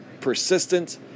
persistent